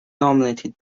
nominated